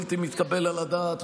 בלתי מתקבל על הדעת.